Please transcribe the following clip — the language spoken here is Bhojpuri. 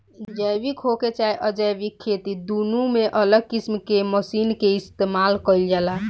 जैविक होखे चाहे अजैविक खेती दुनो में अलग किस्म के मशीन के इस्तमाल कईल जाला